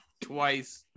twice